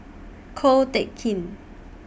Ko Teck Kin